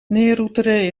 neeroeteren